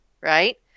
right